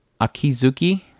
Akizuki